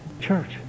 Church